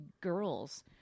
girls